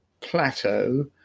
plateau